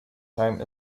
time